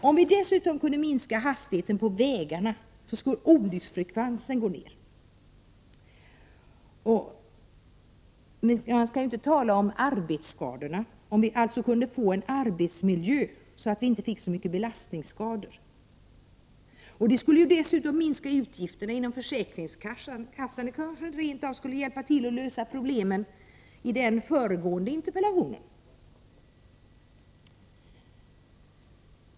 Om vi dessutom kunde minska hastigheten på vägarna skulle olycksfallsfrekvensen gå ner. För att inte tala om i vilken utsträckning en förbättrad arbetsmiljö skulle bidra till en minskning av belastningsskadorna. Detta skulle minska utgifterna för försäkringskassan och kanske rent av hjälpa till att lösa de problem som togs upp i den föregående interpellationen.